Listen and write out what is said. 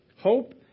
Hope